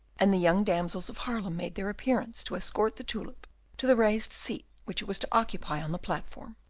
and the young damsels of haarlem made their appearance to escort the tulip to the raised seat which it was to occupy on the platform,